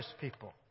people